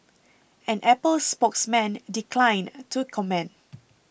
an Apple spokesman declined to comment